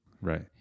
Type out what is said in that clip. Right